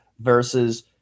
versus